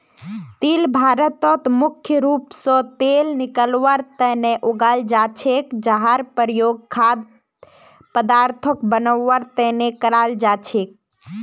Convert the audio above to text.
तिल भारतत मुख्य रूप स तेल निकलवार तना उगाल जा छेक जहार प्रयोग खाद्य पदार्थक बनवार तना कराल जा छेक